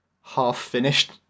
half-finished